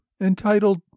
entitled